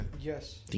Yes।